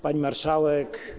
Pani Marszałek!